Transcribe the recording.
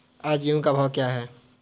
आज गेहूँ का भाव क्या है?